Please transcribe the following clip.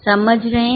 समझ रहे हैं